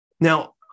Now